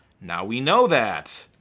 now we know that.